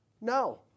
no